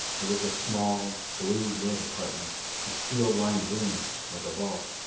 it was a small blue-lit apartment a steel-lined room like a vault.